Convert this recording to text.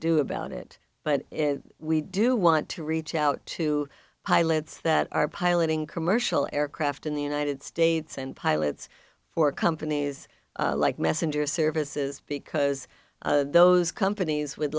do about it but we do want to reach out to pilots that are piloting commercial aircraft in the united states and pilots for companies like messenger services because those companies would